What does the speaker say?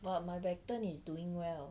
but my Becton is doing well